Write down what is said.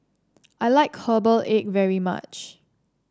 I like Herbal Egg very much